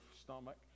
stomach